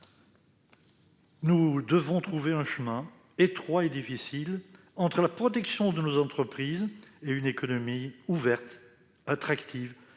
Nous devons trouver un chemin étroit et difficile entre la protection de nos entreprises et une économie ouverte, attractive, dans